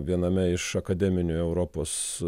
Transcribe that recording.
viename iš akademinių europos